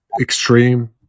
Extreme